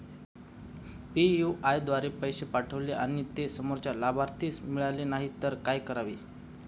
UPI द्वारे पैसे पाठवले आणि ते समोरच्या लाभार्थीस मिळाले नाही तर काय करावे?